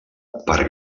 per